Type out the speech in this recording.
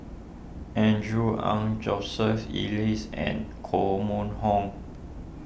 Andrew Ang Joseph Elias and Koh Mun Hong